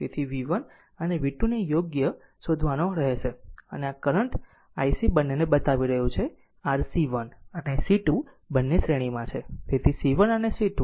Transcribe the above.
તેથી v1 અને v2 ને યોગ્ય શોધવાનો રહેશે અને આ કરંટ ic બંનેને બતાવી રહ્યું છે કે RC 1 અને c 2 બંને શ્રેણીમાં છે તેથી c 1 અને c 2